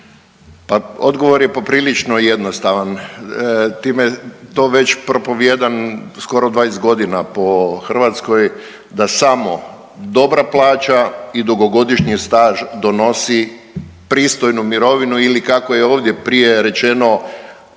odgovor je poprilično jednostavan. Time, to već propovijedam skoro 20 godina po Hrvatskoj da samo dobra plaća i dugogodišnji staž donosi pristojnu mirovinu ili kako je ovdje prije rečeno